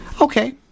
Okay